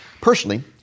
Personally